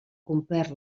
complert